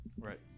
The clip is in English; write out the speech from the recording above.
Right